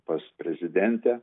pas prezidentę